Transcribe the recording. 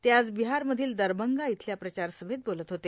ते आज बिहारमधील दरभंगा इथल्या प्रचारसभेत बोलत होते